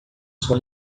sua